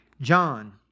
John